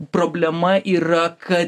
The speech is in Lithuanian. problema yra kad